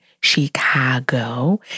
Chicago